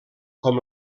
com